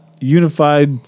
unified